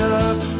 up